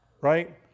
Right